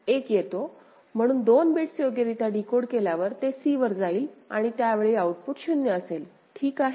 1 येतो म्हणून 2 बिट्स योग्यरित्या डिकोड झाल्यावर ते c वर जाईल आणि त्या वेळी आउटपुट 0 असेल ठीक आहे